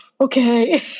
okay